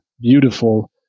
beautiful